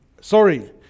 sorry